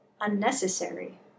unnecessary